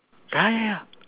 ya ya ya